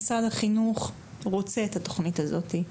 משרד החינוך רוצה מאוד את התוכנית הזאתי,